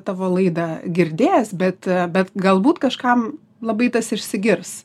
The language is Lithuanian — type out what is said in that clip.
tavo laidą girdės bet bet galbūt kažkam labai tas išsigirs